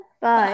bye